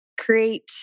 create